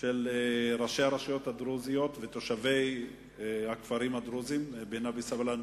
גדול של ראשי הרשויות הדרוזיות ושל תושבי הכפרים הדרוזיים בנבי-סבלאן,